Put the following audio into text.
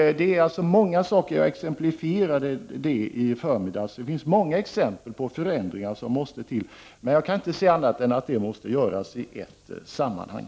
Det gäller många saker. Jag exemplifierade det i förmiddags. Det finns många exempel på förändringar som måste till. Men jag kan inte se annat än att de måste göras i ett sammanhang.